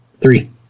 Three